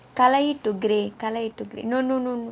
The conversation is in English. colour it to grey colour it to grey no no no